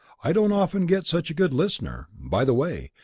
i don't often get such a good listener. by the way,